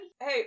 Hey